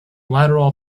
lateral